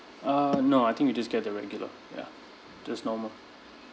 uh no I think we just get the regular ya just normal